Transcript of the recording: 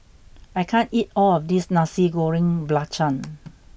I can't eat all of this Nasi Goreng Belacan